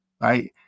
right